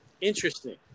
Interesting